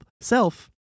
self